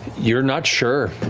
you're not sure.